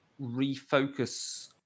refocus